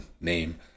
name